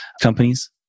companies